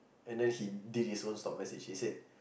and then he did his own stop message he said